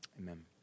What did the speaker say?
Amen